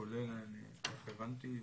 כולל, כך הבנתי,